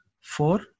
four